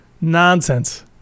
Nonsense